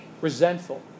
resentful